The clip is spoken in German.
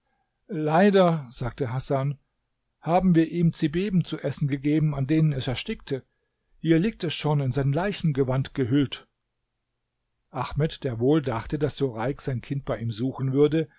leider sagte hasan haben wir ihm zibeben zu essen gegeben an denen es erstickte hier liegt es schon in sein leichengewand gehüllt ahmed der wohl dachte daß sureik sein kind bei ihm suchen würde